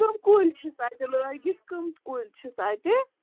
کَم کُلۍ چھِس اَتہ لٲگِتھ کَم کُلۍ چھِس اَتہِ